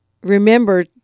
remember